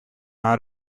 out